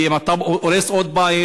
כי אם אתה הורס עוד בית,